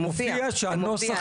זה מופיע, זה מופיע.